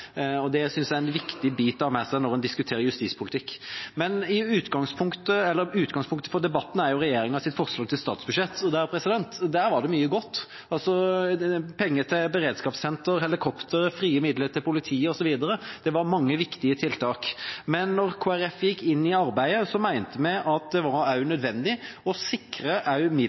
Det synes jeg er en viktig bit å ha med seg når en diskuterer justispolitikk. Utgangspunktet for debatten er regjeringas forslag til statsbudsjett. Der var det mye godt – penger til beredskapssenter, til helikopter, frie midler til politiet osv. Det var mange viktige tiltak. Men da Kristelig Folkeparti gikk inn i arbeidet, mente vi at det var nødvendig også å sikre midler